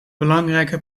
belangrijke